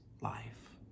life